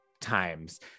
times